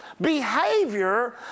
behavior